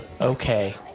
Okay